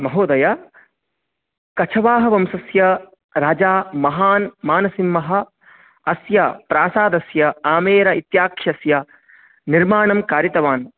महोदय कच्छवाहवंशस्य राजा महान् मानसिंहः अस्य प्रासादस्य आमेर इत्याख्यस्य निर्माणं कारितवान्